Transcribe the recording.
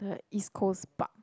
the East-Coast-Park